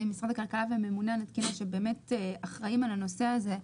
משרד הכלכלה והממונה על התקינה שאחראים על הנושא הזה,